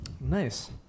Nice